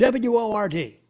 WORD